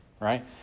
right